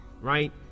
Right